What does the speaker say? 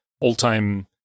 all-time